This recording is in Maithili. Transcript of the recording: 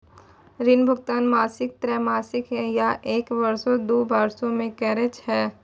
ऋण भुगतान मासिक, त्रैमासिक, या एक बरसो, दु बरसो मे करै छै